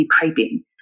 piping